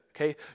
okay